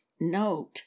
note